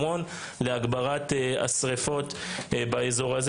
יתגברו גם השריפות ביהודה ושומרון.